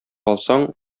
алсаң